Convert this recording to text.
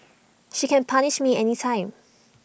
she can punish me anytime